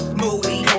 moody